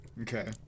Okay